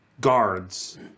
guards